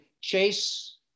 Chase